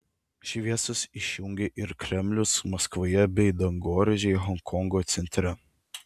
šviesas išjungė ir kremlius maskvoje bei dangoraižiai honkongo centre